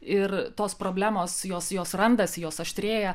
ir tos problemos jos jos randasi jos aštrėja